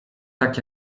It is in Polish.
tak